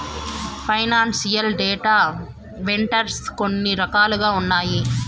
financial data vendors కొన్ని రకాలుగా ఉన్నాయి